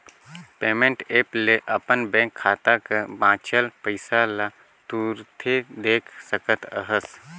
payment app ले अपन bank खाता कर बांचल पइसा ल तुरते देख सकत अहस